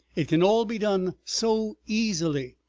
it can all be done so easily,